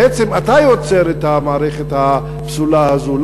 בעצם אתה יוצר את המערכת הפסולה הזו.